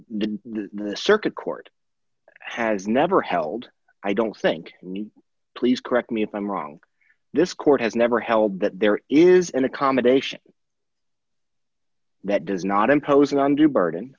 than the circuit court has never held i don't think please correct me if i'm wrong this court has never held that there is an accommodation that does not imposing on do burden